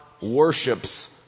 worships